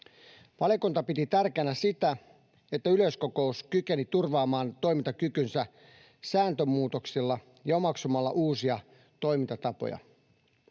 Valiokunta piti tärkeänä sitä, että yleiskokous kykeni turvaamaan toimintakykynsä sääntömuutoksilla ja omaksumalla uusia toimintatapoja.